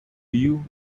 you